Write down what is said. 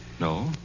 No